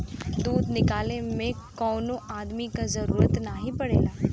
दूध निकाले में कौनो अदमी क जरूरत नाही पड़ेला